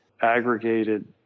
aggregated